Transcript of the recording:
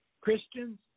Christians